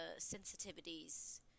sensitivities